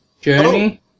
Journey